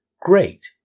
Great